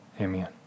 Amen